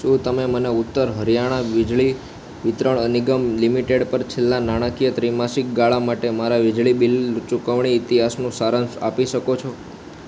શું તમે મને ઉત્તર હરિયાણા વીજળી વિતરણ અ નિગમ લિમિટેડ પર છેલ્લા નાણાકીય ત્રિમાસિક ગાળા માટે મારા વીજળી બિલ ચૂકવણી ઈતિહાસનો સારાંશ આપી શકો છો